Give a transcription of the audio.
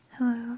Hello